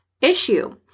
issue